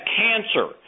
cancer